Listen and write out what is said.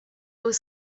was